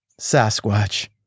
Sasquatch